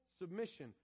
submission